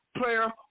player